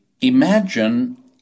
imagine